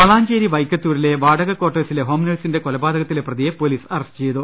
വളാഞ്ചേരി വൈക്കത്തൂരിലെ വാടക ക്വാർട്ടേഴ്സിലെ ഹോം നേഴ്സിന്റെ കൊലപാതകത്തിലെ പ്രതിയെ പൊലീസ് അറസ്റ്റ് ചെയ്തു